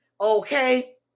okay